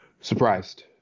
Surprised